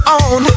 on